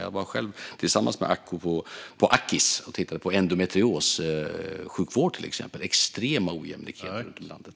Jag var tillsammans med Acko på Ackis och tittade på endometriossjukvård, till exempel. Det är extrema ojämlikheter ute i landet.